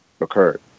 occurred